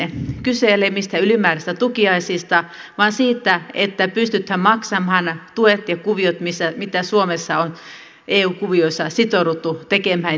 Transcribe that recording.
kyse ei ole mistään ylimääräisistä tukiaisista vaan siitä että pysytään maksamaan tuet ja kuviot mitä suomessa on eu kuvioissa sitouduttu tekemään ja hoitamaan